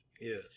Yes